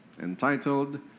entitled